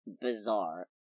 bizarre